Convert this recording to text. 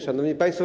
Szanowni Państwo!